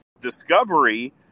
discovery